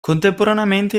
contemporaneamente